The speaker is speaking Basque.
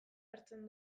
hartzen